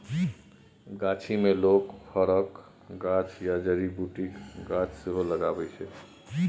गाछी मे लोक फरक गाछ या जड़ी बुटीक गाछ सेहो लगबै छै